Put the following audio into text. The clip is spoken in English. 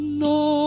no